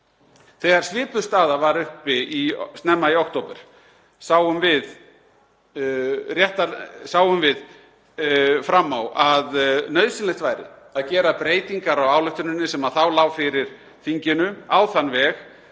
Þegar svipuð staða var uppi snemma í október sáum við fram á að nauðsynlegt væri að gera breytingar á ályktuninni sem þá lá fyrir þinginu á þann veg að